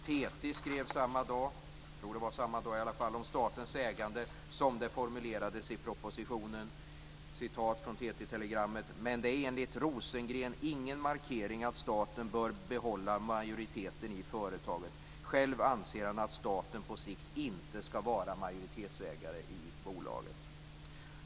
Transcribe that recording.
TT skrev, jag tror det var samma dag, om statens ägande, som det formulerades i propositionen: Men det är enligt Rosengren ingen markering att staten bör behålla majoriteten i företaget. Själv anser han att staten på sikt inte ska vara majoritetsägare i bolaget.